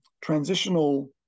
transitional